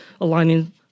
Aligning